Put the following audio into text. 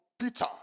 Peter